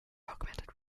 augmented